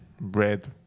bread